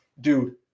Dude